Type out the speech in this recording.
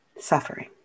suffering